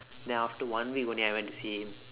then after one week only I went to see him